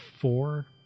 four